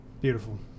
Beautiful